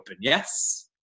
yes